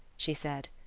she said.